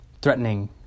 threatening